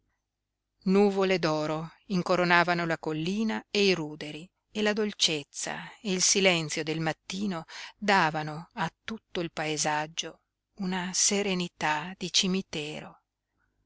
nuvole d'oro incoronavano la collina e i ruderi e la dolcezza e il silenzio del mattino davano a tutto il paesaggio una serenità di cimitero